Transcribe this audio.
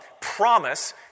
promise